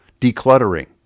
decluttering